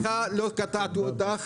סליחה לא קטעתי אותך.